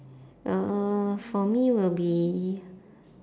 uh for me will be